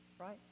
Right